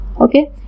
Okay